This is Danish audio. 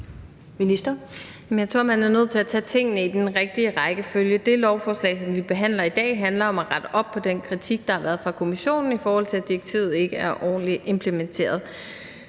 Jeg tror, at man er nødt til at tage tingene i den rigtige rækkefølge. Det lovforslag, som vi behandler i dag, handler om at rette op på den kritik, der har været fra Kommissionens side, i forhold til at direktivet ikke er ordentligt implementeret.